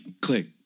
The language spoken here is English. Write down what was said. click